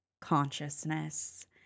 Consciousness